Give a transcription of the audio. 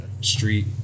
street